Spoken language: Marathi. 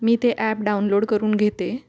मी ते ॲप डाउनलोड करून घेते